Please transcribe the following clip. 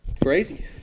crazy